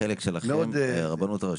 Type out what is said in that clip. מה החלק שלכם, של הרבנות הראשית?